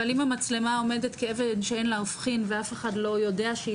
אבל אם המצלמה עומדת כאבן שאין לה הופכין ואף אחד לא יודע שהיא